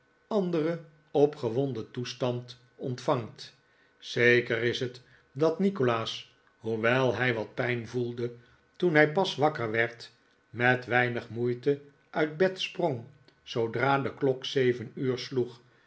anderen opgewonden toestand ontvangt zeker is het dat nikolaas hoewel hij wat pijn voelde toen hij pas wakker werd met weinig moeite uit bed sprong zoodra de klok zeven uur sloeg